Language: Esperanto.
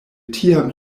tiam